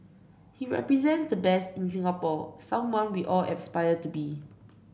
he represents the best in Singapore someone we all aspire to be